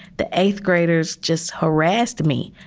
the eighth graders just harassed me.